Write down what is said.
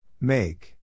Make